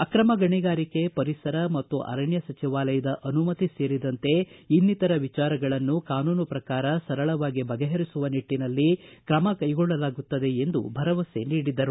ಆಕ್ರಮ ಗಣಿಗಾರಿಕೆ ಪರಿಸರ ಮತ್ತು ಅರಣ್ಣ ಸಚಿವಾಲಯದ ಅನುಮತಿ ಸೇರಿದಂತೆ ಇನ್ನಿತರ ವಿಚಾರಗಳನ್ನು ಕಾನೂನು ಪ್ರಕಾರ ಸರಳವಾಗಿ ಬಗೆಹರಿಸುವ ನಿಟ್ಟನಲ್ಲಿ ಕ್ರಮ ಕೈಗೊಳ್ಳಲಾಗುತ್ತದೆ ಎಂದು ಭರವಸೆ ನೀಡಿದರು